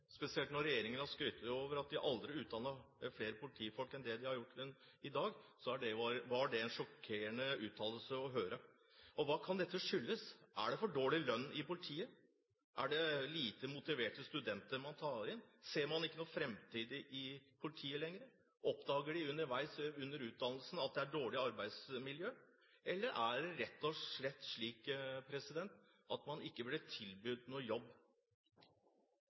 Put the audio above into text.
Spesielt når regjeringen har skrytt av at de aldri har utdannet flere politifolk enn de gjør i dag, var dette en sjokkerende uttalelse. Og hva kan dette skyldes? Er det for dårlig lønn i politiet? Tar man inn lite motiverte studenter? Ser man ikke lenger noen fremtid i politiet? Oppdager de underveis i utdannelsen at det er dårlig arbeidsmiljø? Eller er det rett og slett slik at man ikke blir tilbudt noen jobb?